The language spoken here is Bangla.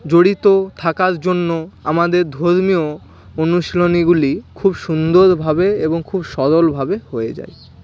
জড়িত থাকার জন্য আমাদের ধর্মীয় অনুশীলনীগুলি খুব সুন্দরভাবে এবং খুব সরলভাবে হয়ে যায়